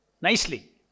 nicely